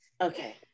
Okay